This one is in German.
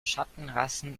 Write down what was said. schattenrasen